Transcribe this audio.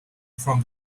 from